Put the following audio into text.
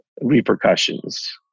repercussions